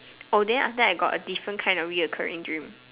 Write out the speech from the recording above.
oh then after that I got a different kind of recurring dream